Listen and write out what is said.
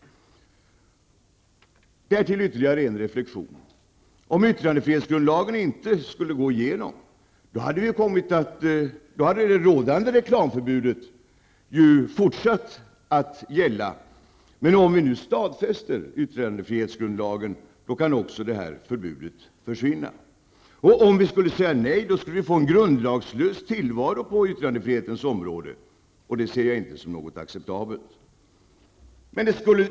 Därtill ytterligare en reflexion. Om yttrandefrihetsgrundlagen inte skulle gå igenom, hade det rådande reklamförbudet ju fortsatt att gälla. Men om vi nu stadfäster yttrandefrihetsgrundlagen, kan också det förbudet försvinna. Om vi skulle säga nej, skulle vi få en grundlagslös tillvaro på yttrandefrihetens område, och det ser jag inte som något acceptabelt.